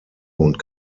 und